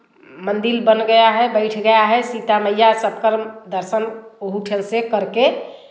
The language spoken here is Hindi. मंदिर बन गया है बैठ गया है सीता मैया सत्कर्म दर्शन वही खिन से करके